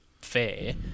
fair